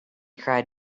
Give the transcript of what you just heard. cried